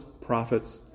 prophets